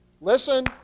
Listen